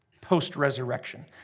post-resurrection